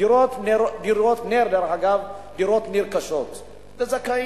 דירות נ"ר, דרך אגב, הן דירות נרכשות לזכאים.